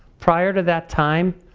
prior to that time,